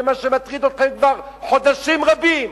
זה מה שמטריד אתכם חודשים רבים.